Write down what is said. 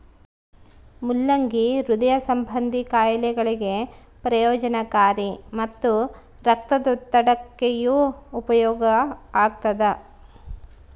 ಮುಲ್ಲಂಗಿ ಹೃದಯ ಸಂಭಂದಿ ಖಾಯಿಲೆಗಳಿಗೆ ಪ್ರಯೋಜನಕಾರಿ ಮತ್ತು ರಕ್ತದೊತ್ತಡಕ್ಕೆಯೂ ಉಪಯೋಗ ಆಗ್ತಾದ